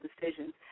decisions